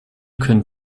könnt